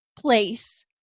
place